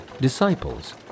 Disciples